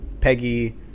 Peggy